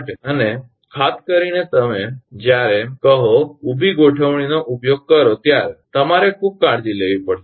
અને ખાસ કરીને જ્યારે તમે કહો ઊભી ગોઠવણીનો ઉપયોગ કરો ત્યારે તમારે ખૂબ કાળજી લેવી પડશે